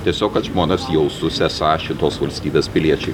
tiesiog kad žmonės jaustųsi esą šitos valstybės piliečiai